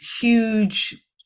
huge